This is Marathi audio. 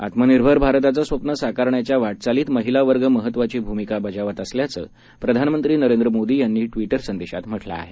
आत्मनिर्भर भारताचं स्वप्न साकारण्याच्या वाटचालीत महिला वर्ग महत्वाची भूमिका बजावत असल्याचं प्रधानमंत्री नरेंद्र मोदी यांनी ट्विटर संदेशात म्हटलं आहे